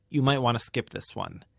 you might want to skip this one.